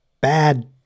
bad